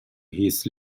his